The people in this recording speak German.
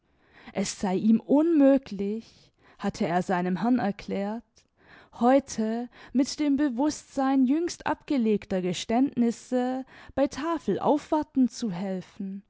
es sei ihm unmöglich hatte er seinem herrn erklärt heute mit dem bewußtsein jüngst abgelegter geständnisse bei tafel aufwarten zu helfen